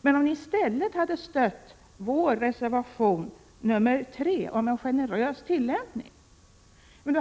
Men om ni i stället hade stött vår reservation nr 3 om en generös tillämpning,